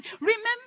Remember